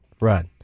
run